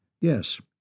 Yes